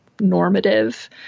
normative